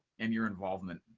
and your involvement.